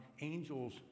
angels